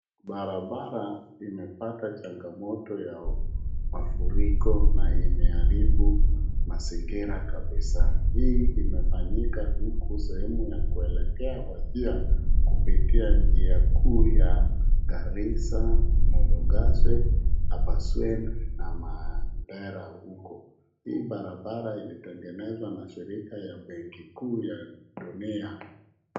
Barabara imepata changamoto ya mafuriko na imeharibu mazingira kabisa. Hii imefanyika huku sehemu ya kuelekea Wajir kupitia njia kuu ya Garisa-Modogashe-Abaswen na Mandera uko. Hii barabara ilitengenezwa na shirika ya benki kuu ya dunia.